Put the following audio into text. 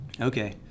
Okay